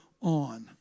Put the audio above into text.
on